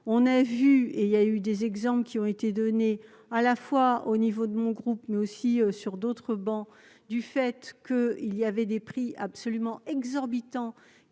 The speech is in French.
on a vu et il y a eu des exemples qui ont été données à la fois au niveau de mon groupe mais aussi sur d'autres bancs du fait que, il y avait des prix absolument exorbitant